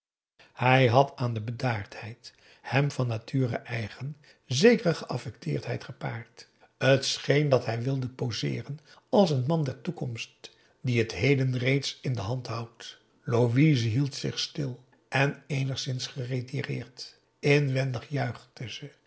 hij had aan de bedaardheid hem van nature eigen zekere geaffecteerdheid gepaard t scheen dat hij wilde poseeren als een man der toekomst die het heden reeds in de hand houdt louise hield zich stil en eenigszins geretireerd inwendig